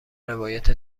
روایت